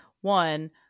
One